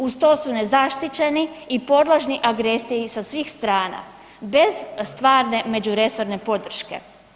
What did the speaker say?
Uz to su nezaštićeni i podložni agresiji sa svih strana, bez stvarne međuresorne podrške.